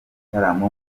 gitaramo